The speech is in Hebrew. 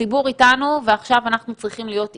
הציבור איתנו ועכשיו אנחנו צריכים להיות איתו.